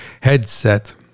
headset